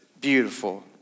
beautiful